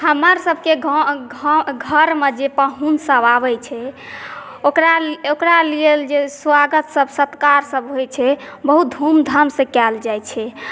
हमर सबके घरमे जे पाहुनसब आबै छै ओकरा ओकरा लेल जे सुआगत सतकार सब होइ छै बहुत धूमधाम सॅं कयल जाइ छै